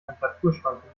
temperaturschwankungen